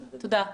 תודה.